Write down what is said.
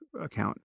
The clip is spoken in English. account